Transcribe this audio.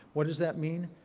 what does that mean?